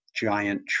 giant